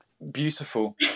Beautiful